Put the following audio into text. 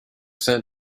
sent